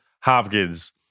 Hopkins